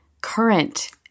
current